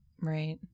Right